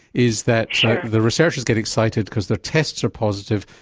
is that the researchers get excited because their tests are positive,